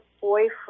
boyfriend